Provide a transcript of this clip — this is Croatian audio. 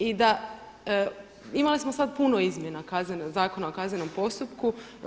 I da, imali smo sad puno izmjena Zakona o kaznenom postupku.